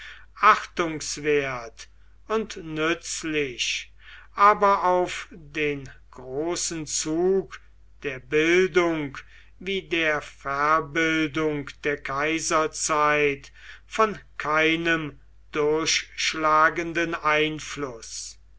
achtungswert und nützlich aber auf den großen zug der bildung wie der verbildung der kaiserzeit von keinem durchschlagenden einfluß